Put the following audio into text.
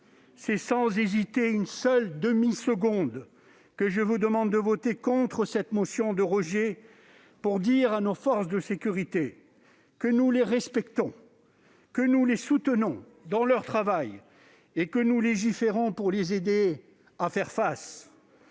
c'est sans hésiter une demi-seconde que je vous demande de voter contre cette motion de rejet, pour dire aux forces de sécurité que nous les respectons, que nous les soutenons dans leur travail et que nous légiférons pour les aider à faire face.